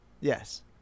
Yes